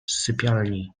sypialni